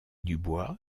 dubois